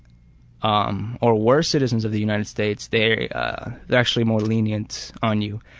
um or were citizens of the united states they're actually more lenient on you.